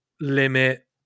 limit